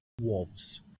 wolves